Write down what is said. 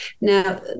Now